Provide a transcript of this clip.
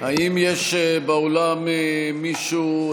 האם יש באולם מישהו,